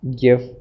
give